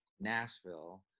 nashville